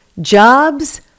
Jobs